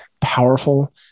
powerful